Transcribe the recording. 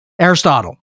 Aristotle